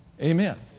Amen